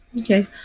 okay